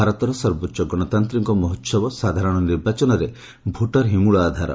ଭାରତ ସର୍ବୋଚ ଗଣତାଓ୍ଡିକ ମହୋହବ ସାଧାରଣ ନିର୍ବାଚନରେ ଭୋଟର ହି ମୂଳ ଆଧାର